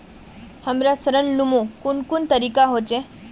हमरा ऋण लुमू कुन कुन तरीका होचे?